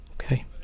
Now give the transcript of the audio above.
Okay